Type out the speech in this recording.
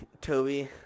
Toby